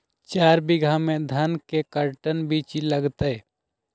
चार बीघा में धन के कर्टन बिच्ची लगतै?